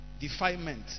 Defilement